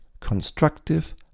constructive